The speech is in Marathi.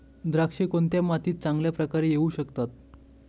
द्राक्षे कोणत्या मातीत चांगल्या प्रकारे येऊ शकतात?